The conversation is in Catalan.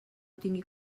tingui